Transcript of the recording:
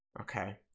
Okay